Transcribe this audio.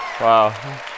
Wow